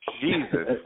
Jesus